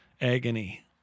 agony